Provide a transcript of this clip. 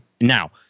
now